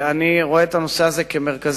אני רואה את הנושא הזה כמרכזי,